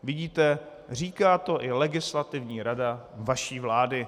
Vidíte, říká to i Legislativní rada vaší vlády.